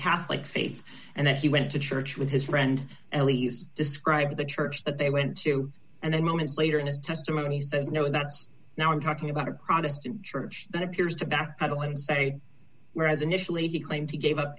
catholic faith and then he went to church with his friend describe the church that they went to and then moments later in his testimony says no that's now i'm talking about a protestant church that appears to backpedal and say whereas initially he claimed he gave up